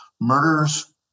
Murders